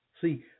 See